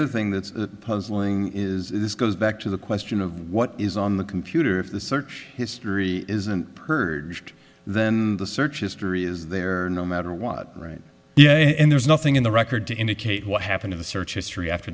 other thing that's puzzling is this goes back to the question of what is on the computer if the search history isn't purged then the search history is there no matter what right yeah and there's nothing in the record to indicate what happened in the search history after